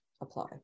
apply